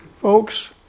Folks